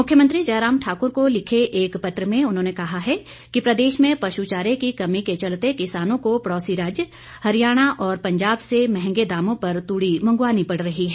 मुख्यमंत्री जयराम ठाकुर को लिखे एक पत्र में उन्होंने कहा है कि प्रदेश में पशुचारे की कमी के चलते किसानों को पड़ोसी राज्य हरियाणा और पंजाब से महंगे दामों पर तूड़ी मंगवानी पड़ रही है